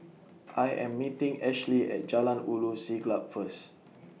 I Am meeting Ashley At Jalan Ulu Siglap First